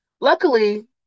Luckily